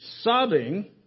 sobbing